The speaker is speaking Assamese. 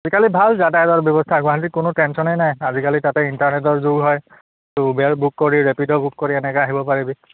আজিকালি ভাল হ'ল যাতায়তাৰ ব্যৱস্থা গুৱাহাটীত কোনো টেনচনেই নাই আজিকালি তাতে ইণ্টাৰনেটৰ যুগ হয় তোৰ উবেৰ বুক কৰি ৰেপিড' বুক কৰি এনেকৈ আহিব পাৰিবি